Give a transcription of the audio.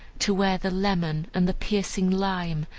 to where the lemon and the piercing lime,